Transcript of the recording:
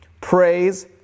praise